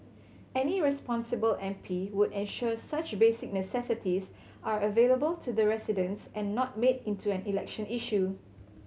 any responsible M P would ensure such basic necessities are available to the residents and not made into an election issue